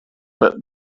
but